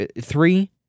three